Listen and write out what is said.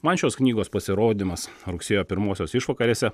man šios knygos pasirodymas rugsėjo pirmosios išvakarėse